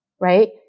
right